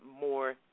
more